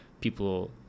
people